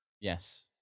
Yes